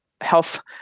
Health